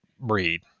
breed